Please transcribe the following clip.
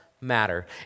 matter